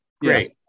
great